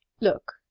Look